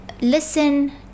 listen